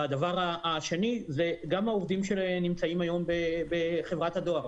והדבר השני זה גם העובדים שנמצאים היום בחברת הדואר.